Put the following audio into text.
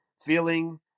feeling